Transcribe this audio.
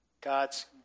God's